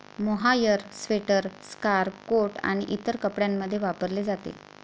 mohair sweater, scarf, coat आणि इतर कपड्यांमध्ये वापरले जाते